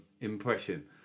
impression